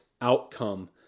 outcome